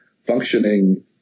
functioning